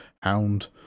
Hound